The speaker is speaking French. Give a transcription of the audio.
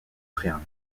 rien